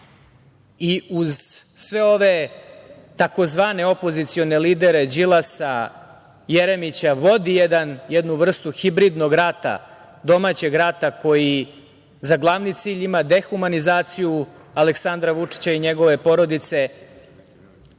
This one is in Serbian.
i uz sve ove tzv. opozicione lidere Đilasa, Jeremića vodi jednu vrstu hibridnog rata, domaćeg rata koji za glavni cilj ima dehumanizaciju Aleksandra Vučića i njegove porodice,